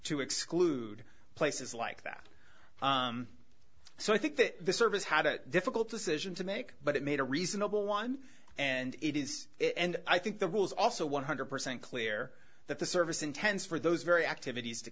to exclude places like that so i think that the service had a difficult decision to make but it made a reasonable one and it is it and i think the rules also one hundred percent clear that the service intends for those very activities to